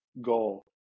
goal